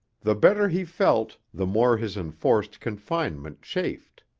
the better he felt, the more his enforced confinement chafed.